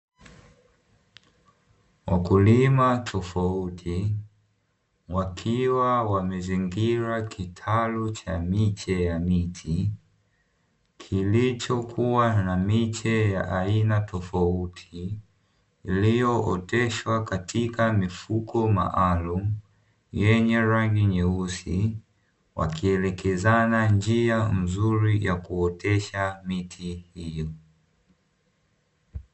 Wakulima tofauti wakiwa wamezingira kitalu cha miche ya miti kilichokuwa na miche ya aina tofauti iliyooteshwa katika mifuko maalumu yenye rangi nyeusi, wakielekezana njia nzuri ya kuotesha miti hiyo.